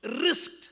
risked